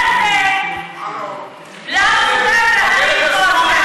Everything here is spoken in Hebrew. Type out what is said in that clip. אל תטיפי מוסר.